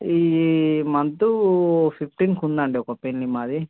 ఈ మంతూ ఫిఫ్టీన్కుందండీ ఒక పెళ్ళి మాది